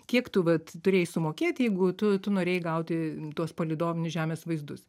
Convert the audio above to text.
kiek tu vat turėjai sumokėti jeigu tu tu norėjai gauti tuos palydovinius žemės vaizdus